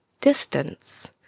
distance